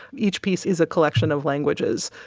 each piece is a collection of languages,